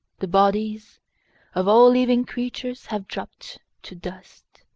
the bodies of all living creatures have dropped to dust,